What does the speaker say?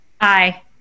Aye